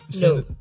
No